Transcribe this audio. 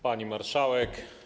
Pani Marszałek!